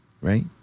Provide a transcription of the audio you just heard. right